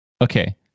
okay